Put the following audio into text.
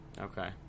Okay